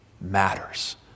matters